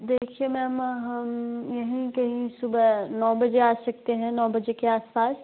देखिए मैम हम यहीं कहीं सुबह नौ बजे आ सकते हैं नौ बजे के आस पास